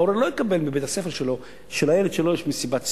ההורה לא יקבל מבית-הספר הודעה שלילד שלו יש מסיבת סיום,